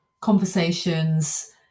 conversations